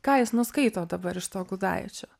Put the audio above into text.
ką jis nuskaito dabar iš to gudaičio